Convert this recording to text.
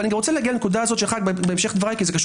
אני רוצה להגיע לנקודה הזאת בהמשך דבריי כי זה קשור